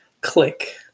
Click